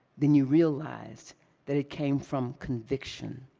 then you realized that it came from conviction,